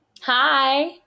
Hi